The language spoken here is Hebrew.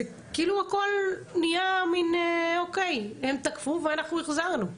הכל נהיה או-קי, הם תקפו ואנחנו החזרנו.